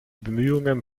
bemühungen